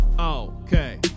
Okay